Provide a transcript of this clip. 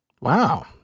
Wow